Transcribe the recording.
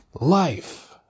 Life